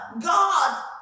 God